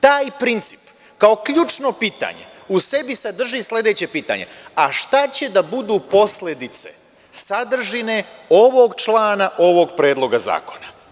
Taj princip kao ključno pitanje u sebi sadrži sledeće pitanje – a šta će da budu posledice sadržine ovog člana ovog Predloga zakona?